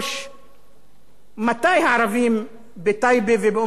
מתי הערבים בטייבה, באום-אל-פחם ובנצרת יהיו 10?